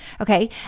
Okay